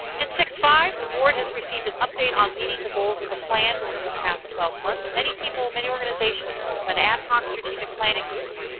and six point five, the board has received an update on meeting the goals of the plan within the past twelve months. many people, many organizations form an ad hoc strategic planning committee.